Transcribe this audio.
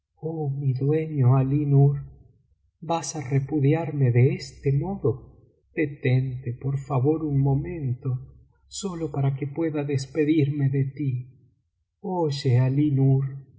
mi dueño alí nur vas á repudiarme ele este modo detente por favor un momento sólo para que pueda despedirme de ti